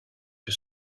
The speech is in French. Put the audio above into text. que